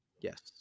Yes